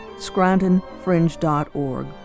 scrantonfringe.org